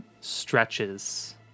stretches